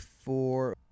four